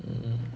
mm